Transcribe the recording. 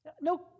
No